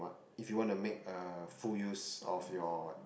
if you want to make a full use of your